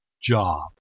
job